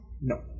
No